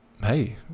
hey